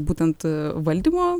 būtent valdymo